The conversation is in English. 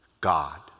God